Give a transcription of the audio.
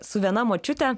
su viena močiute